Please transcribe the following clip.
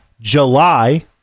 July